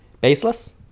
baseless